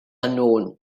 unknown